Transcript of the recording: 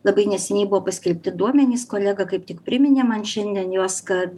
labai neseniai buvo paskelbti duomenys kolega kaip tik priminė man šiandien juos kad